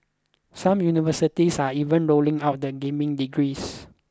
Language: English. some universities are even rolling out the gaming degrees